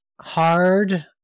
hard